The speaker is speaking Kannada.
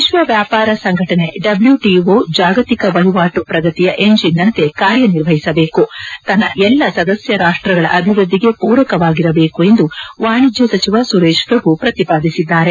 ವಿಶ್ವ ವ್ಯಾಪಾರ ಸಂಘಟನೆ ಡಬ್ಲೂ ಟಿಒ ಜಾಗತಿಕ ವಹಿವಾಟು ಪ್ರಗತಿಯ ಎಂಜಿನ್ನಂತೆ ಕಾರ್ಯ ನಿರ್ವಹಿಸಬೇಕು ತನ್ನ ಎಲ್ಲ ಸದಸ್ಯ ರಾಷ್ಟ್ರಗಳ ಅಭಿವೃದ್ದಿಗೆ ಪೂರಕವಾಗಿರಬೇಕು ಎಂದು ವಾಣಿಜ್ಯ ಸಚಿವ ಸುರೇಶ್ ಪ್ರಭು ಪ್ರತಿಪಾದಿಸಿದ್ದಾರೆ